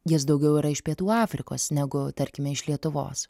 jis daugiau yra iš pietų afrikos negu tarkime iš lietuvos